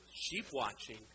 sheep-watching